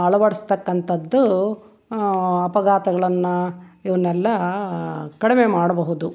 ಅಳವಡಿಸ್ತಕ್ಕಂಥದ್ದು ಅಪಘಾತಗಳನ್ನ ಇವನ್ನೆಲ್ಲ ಕಡಿಮೆ ಮಾಡಬಹುದು